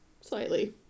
slightly